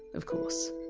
of course